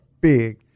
big